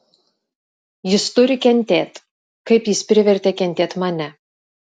jis turi kentėt kaip jis privertė kentėt mane